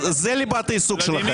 זה ליבת העיסוק שלכם.